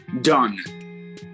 done